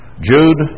Jude